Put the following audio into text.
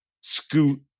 Scoot